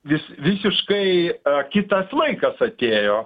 vis visiškai kitas laikas atėjo